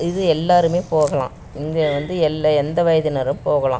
இது எல்லோருமே போகலாம் இங்கே வந்து எல்லா எந்த வயதினரும் போகலாம்